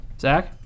Zach